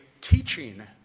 teaching